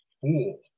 fool